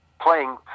playing